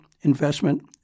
investment